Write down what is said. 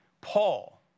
Paul